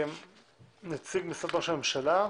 נציגת משרד ראש הממשלה,